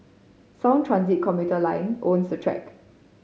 sound transit commuter line own the track